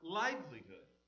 livelihood